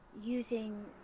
using